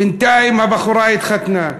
בינתיים הבחורה התחתנה,